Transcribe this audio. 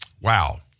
Wow